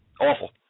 Awful